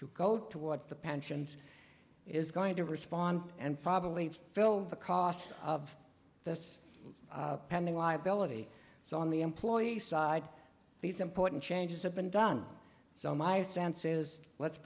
to go towards the pensions is going to respond and probably fill the cost of this pending liability so on the employee side these important changes have been done so my sense is let's